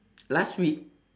last week